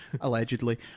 allegedly